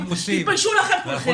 תתביישו לכם כולכם.